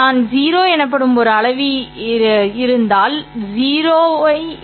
நான் 0 எனப்படும் ஒரு அளவி இருக்க வேண்டும்